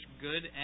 good